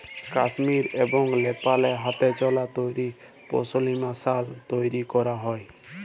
কাশ্মীর এবং লেপালে হাতেচালা তাঁতে পশমিলা সাল তৈরি ক্যরা হ্যয়